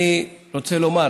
אני רוצה לומר